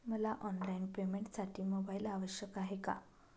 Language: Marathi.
मला ऑनलाईन पेमेंटसाठी मोबाईल आवश्यक आहे का?